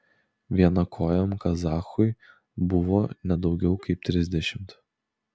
vienakojam kazachui buvo ne daugiau kaip trisdešimt